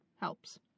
helps